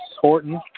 Horton